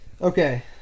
Okay